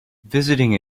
visiting